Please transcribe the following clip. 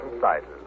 sizes